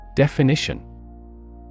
Definition